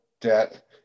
debt